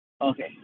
Okay